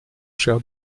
cher